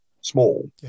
small